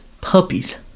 puppies